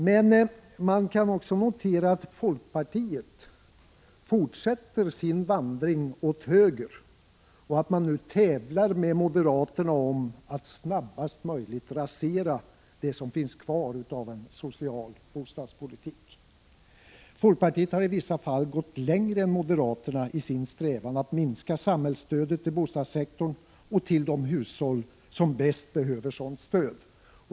Men man kan också notera att folkpartiet fortsätter sin vandring åt höger och nu tävlar med moderaterna om att snabbast möjligt rasera det som finns kvar av en social bostadspolitik. Folkpartiet har i vissa fall gått längre än moderaterna i sin strävan att minska samhällsstödet till bostadssektorn och till de hushåll som bäst behöver sådant stöd.